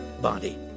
body